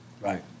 Right